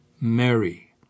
Mary